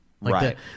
Right